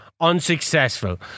unsuccessful